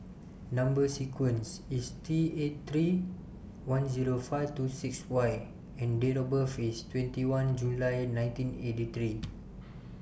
Number sequence IS T eight three one Zero five two six Y and Date of birth IS twenty one July nineteen eighty three